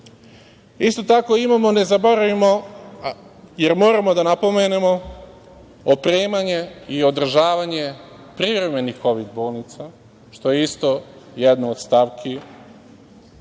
tako imamo, ne zaboravimo, jer moramo da napomenemo opremanje i održavanje privremenih Kovid bolnica, što je isto jedna od stavki